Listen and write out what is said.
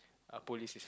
a police is